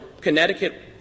Connecticut